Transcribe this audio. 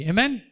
Amen